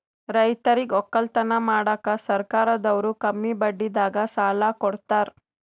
ರೈತರಿಗ್ ವಕ್ಕಲತನ್ ಮಾಡಕ್ಕ್ ಸರ್ಕಾರದವ್ರು ಕಮ್ಮಿ ಬಡ್ಡಿದಾಗ ಸಾಲಾ ಕೊಡ್ತಾರ್